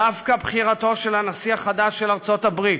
דווקא בחירתו של הנשיא החדש של ארצות-הברית,